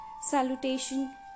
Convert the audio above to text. Salutation